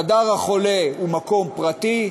חדר החולה הוא מקום פרטי,